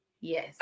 Yes